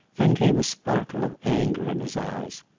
then came a sparkle of anger in his eyes.